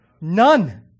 None